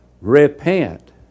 repent